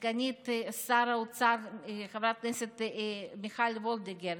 לסגנית שר האוצר חברת הכנסת מיכל וולדיגר,